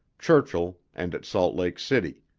churchill and at salt lake city.